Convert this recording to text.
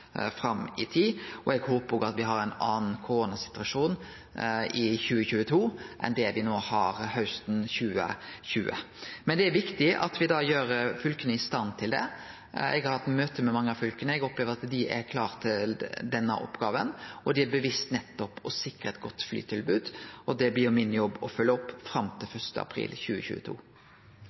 fram i tid, og eg håpar me har ein annan koronasituasjon i 2022 enn det me nå har hausten 2020. Men det er viktig at me gjer fylka i stand til det. Eg har hatt møte med mange av fylka. Eg opplever at dei er klare til denne oppgåva, og at dei nettopp er bevisste på å sikre eit godt flytilbod. Det blir det min jobb å følgje opp fram til 1. april 2022.